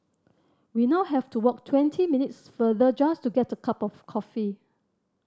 we now have to walk twenty minutes further just to get a cup of coffee